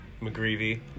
McGreevy